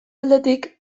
aldetik